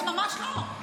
ממש לא.